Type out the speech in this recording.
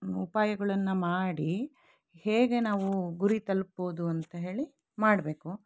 ಉಪಾಯಗಳನ್ನ ಮಾಡಿ ಹೇಗೆ ನಾವು ಗುರಿ ತಲ್ಪ್ಬೊದು ಅಂತ ಹೇಳಿ ಮಾಡಬೇಕು